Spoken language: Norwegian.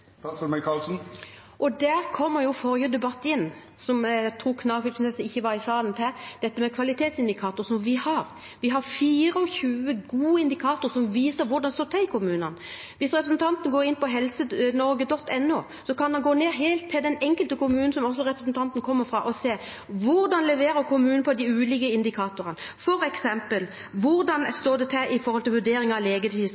Der kommer forrige debatt inn igjen – jeg tror ikke representanten Knag Fylkesnes var i salen da – og dette med kvalitetsindikatorene som vi har. Vi har 24 gode indikatorer som viser hvordan det står til i kommunene. Hvis representanten går inn på helsenorge.no, kan han gå helt ned til den enkelte kommune, også til den han selv kommer fra, og se hvordan kommunene leverer på de ulike indikatorene. For eksempel: Hvordan